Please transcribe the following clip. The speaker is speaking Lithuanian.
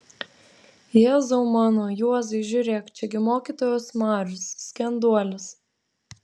jėzau mano juozai žiūrėk čia gi mokytojos marius skenduolis